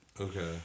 Okay